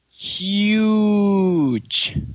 Huge